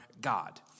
God